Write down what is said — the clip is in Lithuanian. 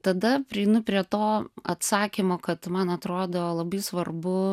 tada prieinu prie to atsakymo kad man atrodo labai svarbu